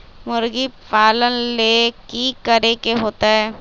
मुर्गी पालन ले कि करे के होतै?